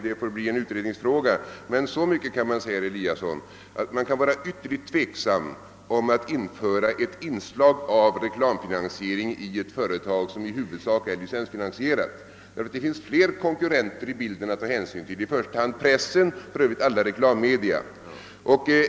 Det får bli en utredningsfråga. Men så mycket kan man säga, herr Eliasson, att man kan vara ytterligt tveksam om att införa ett inslag av reklamfinansiering i ett företag som i huvudsak är licensfinansierat. Det finns flera konkurrenter i bilden att ta hänsyn till, i första hand pressen och för övrigt alla reklammedia.